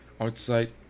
outside